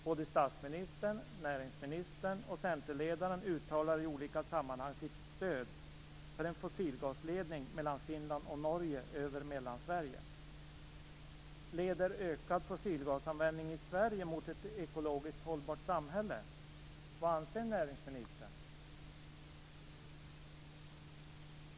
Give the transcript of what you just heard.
Både statsministern, näringsministern och centerledaren uttalar i olika sammanhang sitt stöd för en fossilgasledning mellan Finland och Norge över Mellansverige. Leder en ökad fossilgasanvändning i Sverige mot ett ekologiskt hållbart samhälle? Vad anser näringsministern?